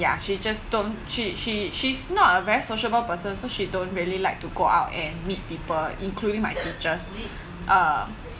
ya she just don't she she's not a very sociable person so she don't really like to go out and meet people including my teachers uh